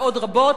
ועוד רבות,